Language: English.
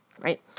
Right